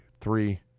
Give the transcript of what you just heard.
three